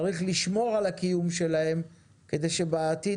צריך לשמור על הקיום שלהם כדי שבעתיד